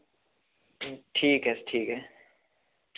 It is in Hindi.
ठीक है ठीक है